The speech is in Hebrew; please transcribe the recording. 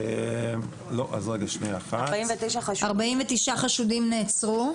49 חשודים נעצרו.